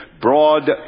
broad